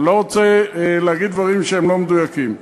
אני לא רוצה להגיד דברים שהם לא מדויקים.